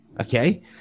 Okay